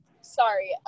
Sorry